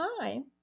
time